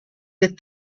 des